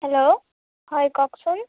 hello হয় কওকচোন